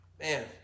Man